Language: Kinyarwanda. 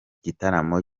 gitaramo